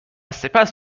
سپس